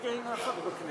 גם מתקרבים להצבעות.